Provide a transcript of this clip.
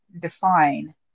define